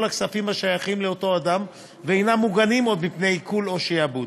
הכספים השייכים לאותו אדם ואינם מוגנים עוד מפני עיקול או שעבוד,